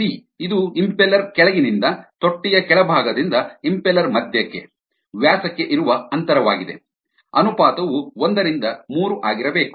C ಇದು impeller ಕೆಳಗಿನಿಂದ ತೊಟ್ಟಿಯ ಕೆಳಭಾಗದಿಂದ ಇಂಪೆಲ್ಲೆರ್ ಮಧ್ಯಕ್ಕೆ ವ್ಯಾಸಕ್ಕೆ ಇರುವ ಅಂತರವಾಗಿದೆ ಅನುಪಾತವು ಒಂದರಿಂದ ಮೂರು ಆಗಿರಬೇಕು